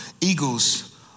eagles